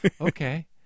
Okay